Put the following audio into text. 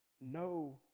no